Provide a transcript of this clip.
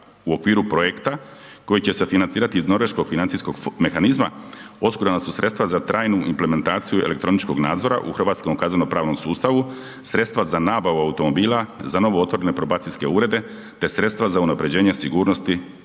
U okviru projekta koji će se financirati iz Norveškog financijskog mehanizma osigurana su sredstava za trajnu implementaciju elektroničkog nadzora u hrvatskom kazneno-pravnom sustavu, sredstava za nabavu automobila, za novootvorene probacijske urede, te sredstava za unapređenje sigurnosti,